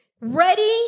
Ready